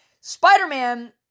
Spider-Man